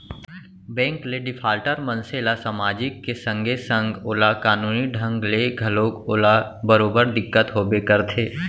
bank ले defaulter मनसे ल समाजिक के संगे संग ओला कानूनी ढंग ले घलोक ओला बरोबर दिक्कत होबे करथे